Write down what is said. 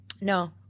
no